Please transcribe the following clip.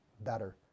better